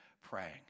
praying